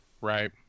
Right